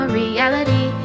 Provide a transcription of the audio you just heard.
reality